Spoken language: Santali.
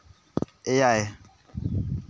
ᱮᱭᱟᱭ